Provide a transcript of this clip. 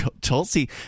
Tulsi